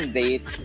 date